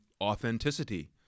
authenticity